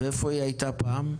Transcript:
ואיפה היא הייתה פעם?